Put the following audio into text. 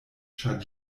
ĉar